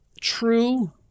true